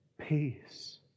peace